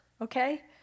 okay